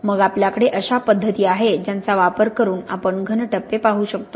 मग आपल्याकडे अशा पद्धती आहेत ज्यांचा वापर करून आपण घन टप्पे पाहू शकतो